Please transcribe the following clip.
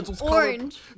Orange